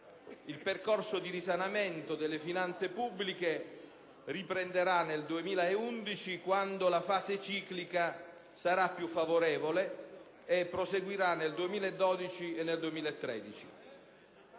Il percorso di risanamento delle finanze pubbliche riprenderà nel 2011, quando la fase ciclica sarà più favorevole, e proseguirà nel 2012 e nel 2013.